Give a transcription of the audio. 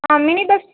ah mini bus